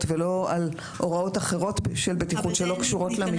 ולא על הוראות אחרות של בטיחות שלא קשורות למתקן?